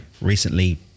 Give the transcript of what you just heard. recently